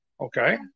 Okay